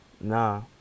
Nah